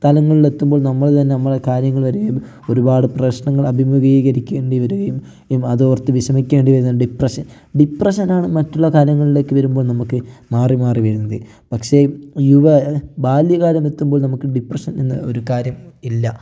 തലങ്ങളിൽ എത്തുമ്പോൾ നമ്മൾ തന്നെ നമ്മുടെ കാര്യങ്ങൾ വരികയും ഒരുപാട് പ്രശ്നങ്ങൾ അഭിമുഖീകരിക്കേണ്ടി വരികയും അതോർത്ത് വിഷമിക്കേണ്ടി വരുന്നുണ്ട് ഡിപ്രഷൻ ഡിപ്രഷനാണ് മറ്റുള്ള കാലങ്ങളിലേക്ക് വരുമ്പോൾ നമുക്ക് മാറിമാറി വരുന്നത് പക്ഷേ യുവ ബാല്യകാലം എത്തുമ്പോൾ നമുക്ക് ഡിപ്രഷൻ എന്ന ഒരു കാര്യം ഇല്ല